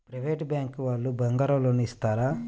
Private bank వాళ్ళు బంగారం loan ఇస్తారా?